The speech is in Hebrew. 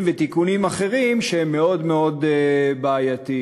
ותיקונים אחרים שהם מאוד מאוד בעייתיים.